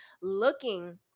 looking